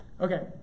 okay